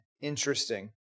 interesting